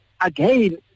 again